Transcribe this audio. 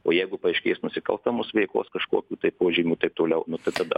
o jeigu paaiškės nusikalstamos veiklos kažkokių tai požymių taip toliau nu tai tada